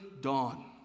dawn